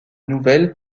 nouvelle